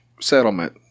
settlement